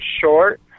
short